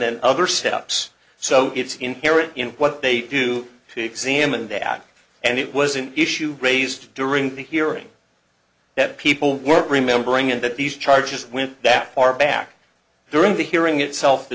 and other steps so it's inherent in what they do examined the ad and it was an issue raised during the hearing that people were remembering and that these charges went that far back during the hearing itself the